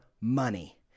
money